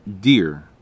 deer